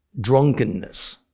drunkenness